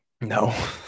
no